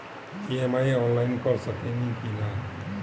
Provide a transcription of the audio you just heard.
EMI online कर सकेनी की ना?